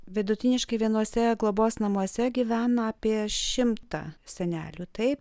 vidutiniškai vienuose globos namuose gyvena apie šimtą senelių taip